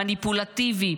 מניפולטיבי,